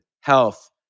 health